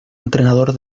entrenador